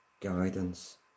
guidance